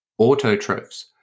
autotrophs